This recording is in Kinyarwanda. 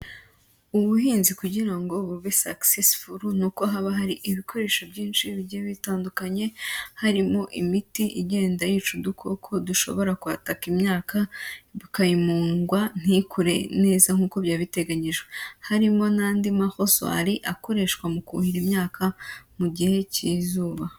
Ubuhinzi kugira ngo bube successful nuko haba hari ibikoresho byinshi bigiye bitandukanye, harimo imiti igenda yica udukoko dushobora kwataka imyaka bikayimungwa ntikure neza nkuko byari biteganyijwe. Harimo n'andi marozwari akoreshwa mu kuhira imyaka mu gihe cy'izuba.